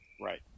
Right